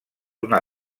una